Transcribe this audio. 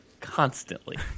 constantly